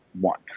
one